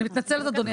אני מתנצלת, אדוני.